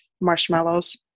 marshmallows